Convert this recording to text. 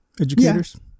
educators